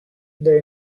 the